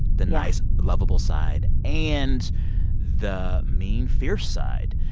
the nice, lovable side and the main, fierce side.